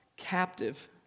captive